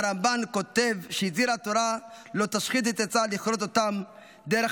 והרמב"ן כותב שהזהירה תורה: "לא תשחית את עצה לכרות אותם דרך